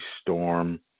storm